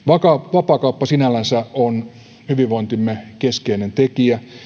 vapaakauppa sinällänsä on hyvinvointimme keskeinen tekijä